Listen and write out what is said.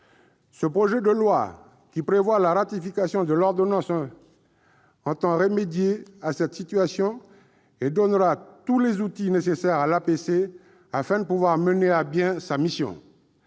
Ce projet de loi, qui prévoit la ratification de l'ordonnance, vise à remédier à cette situation et donnera à l'APC tous les outils nécessaires pour qu'elle puisse mener à bien sa mission.